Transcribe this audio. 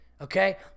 Okay